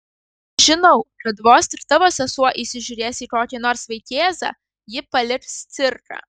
žinau kad vos tik tavo sesuo įsižiūrės į kokį nors vaikėzą ji paliks cirką